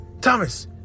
Thomas